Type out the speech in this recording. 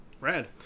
Red